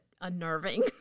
unnerving